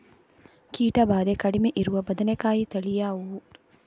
ಕೀಟ ಭಾದೆ ಕಡಿಮೆ ಇರುವ ಬದನೆಕಾಯಿ ತಳಿ ಯಾವುದು?